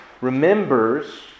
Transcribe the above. remembers